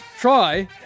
Try